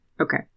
Okay